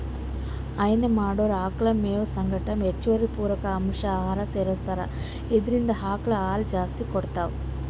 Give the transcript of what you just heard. ಹೈನಾ ಮಾಡೊರ್ ಆಕಳ್ ಮೇವ್ ಸಂಗಟ್ ಹೆಚ್ಚುವರಿ ಪೂರಕ ಅಂಶ್ ಆಹಾರನೂ ಸೆರಸ್ತಾರ್ ಇದ್ರಿಂದ್ ಆಕಳ್ ಹಾಲ್ ಜಾಸ್ತಿ ಕೊಡ್ತಾವ್